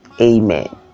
amen